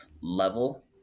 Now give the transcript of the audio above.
level